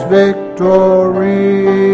victory